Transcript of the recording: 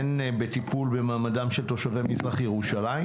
הן בטיפול במעמדם של תושבי מזרח ירושלים